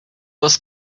was